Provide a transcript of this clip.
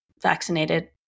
vaccinated